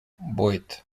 vuit